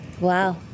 Wow